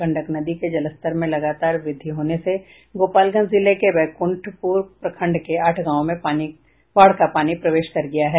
गंडक नदी के जलस्तर में लगातार व्रद्धि होने से गोपालगंज जिले के बैकुंठपुर प्रखंड के आठ गांवों में बाढ़ का पानी प्रवेश कर गया है